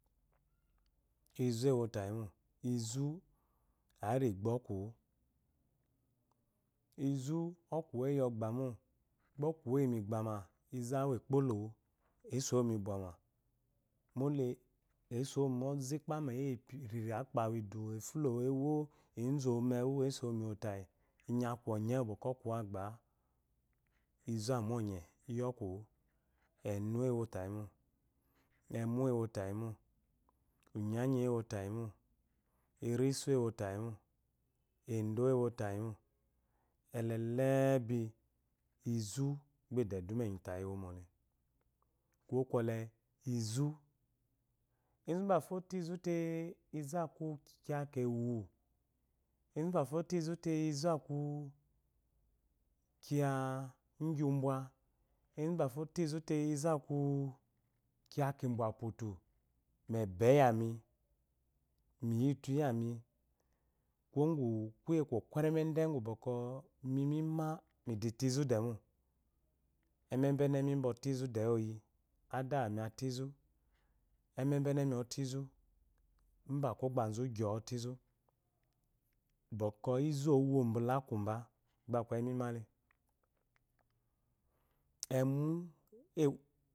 Izu ewotayi mo izu amigbo okuwu iza ɔkuwu eyiogbemo ɔkuwu eyimigibe ma izu awo ekpolowu esowombama mole esowo mu ze kpama eyepiia akpawudu efulowu ewo ezowu eso miwotayi ini aku ɔnye wu ɔkuwu agbaa izu amu ŋnye yi ɔkume eme ono tayimo ed enofayimo ele lebi izu gba eco eduma enitaiyi iwomoele kuwo kwɔle izu ezubafo otoezute aku kiya bwa ezu bafo otoezu te aku kia gyibwe ezu bafo ooezu kiya kibwa puty mebe yami miyitu yami kuwo gu kuye kokweremede gu bwɔkwɔ mimima iditaizu demo emmebenemi ba ofaizu de oyi adawami afaizu emmebenemo ofaizu mba kogbazu agyoo otaizu bwɔkwɔ izu owo bela akuba gbakyi mimale emu